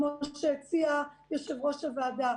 כמו שהציע יושב-ראש הוועדה,